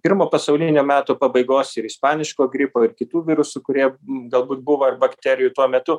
pirmo pasaulinio metų pabaigos ir ispaniško gripo ir kitų virusų kurie galbūt buvo ir bakterijų tuo metu